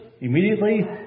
immediately